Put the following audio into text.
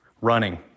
running